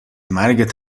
مرگت